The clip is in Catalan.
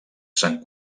se’n